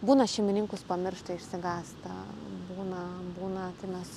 būna šeimininkus pamiršta išsigąsta būna būna tai mes